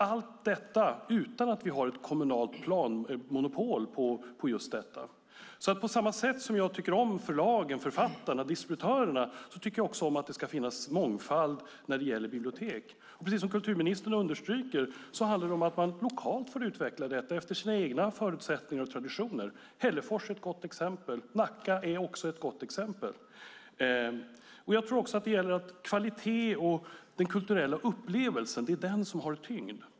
Allt detta har vi utan att ha ett kommunalt planmonopol på dessa områden. På samma sätt som jag tycker om förlagen, författarna, distributörerna tycker jag om att det finns mångfald när det gäller bibliotek. Som kulturministern understryker handlar det om att man får utveckla det lokalt, efter sina egna förutsättningar och traditioner. Hällefors är ett gott exempel, Nacka ett annat. Det är kvaliteten och den kulturella upplevelsen som har tyngd.